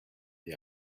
the